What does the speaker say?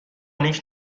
نیک